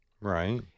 Right